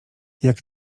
jak